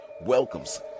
welcomes